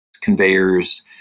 conveyors